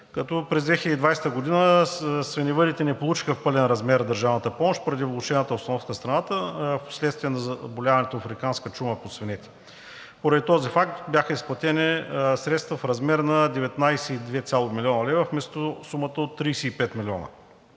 През 2022 г. свиневъдите не получиха в пълен размер държавната помощ поради влошената обстановка в страната вследствие на заболяването от африканска чума по свинете. Поради този факт бяха изплатени средства в размер на 19,2 млн. лв. вместо сумата от 35 млн. лв.,